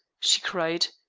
she cried.